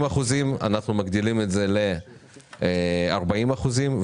אחוזים ואנחנו מגדילים את זה ל-40 אחוזים,